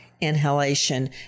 inhalation